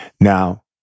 now